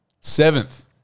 seventh